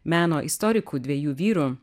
meno istorikų dviejų vyrų